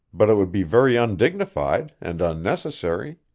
but it would be very undignified and unnecessary.